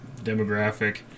demographic